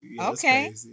Okay